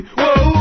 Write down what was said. whoa